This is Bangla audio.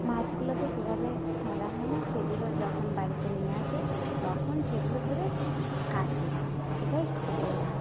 মাছগুলো তো সে ভাবে ধরা হয় না সেগুলো যখন বাড়িতে নিয়ে আসে তখন সেগুলো ধরে কাটতে পারি এটাই এটাই হয়